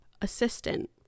assistant